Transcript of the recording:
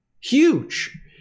Huge